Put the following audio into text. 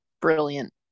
brilliant